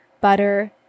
butter